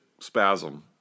spasm